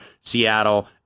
Seattle